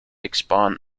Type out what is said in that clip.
expand